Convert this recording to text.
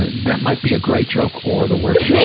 that might be a great joke or the worst yeah